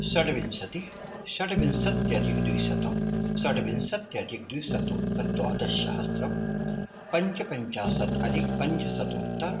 षड्विंशतिः षड्विंशत्यधिक द्विशतं षड्विंशत्यधिक द्विशतोत्तर द्वादशसहस्रं पञ्चपञ्चशत् अधिक पञ्चशतोत्तरं